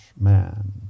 man